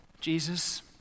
Jesus